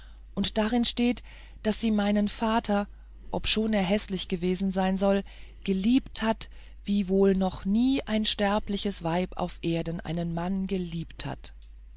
und darin steht daß sie meinen vater obschon er häßlich gewesen sein soll geliebt hat wie wohl noch nie ein sterbliches weib auf erden einen mann geliebt hat